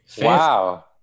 Wow